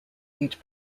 each